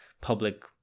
public